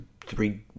three